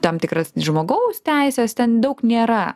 tam tikras žmogaus teises ten daug nėra